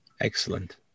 Excellent